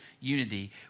unity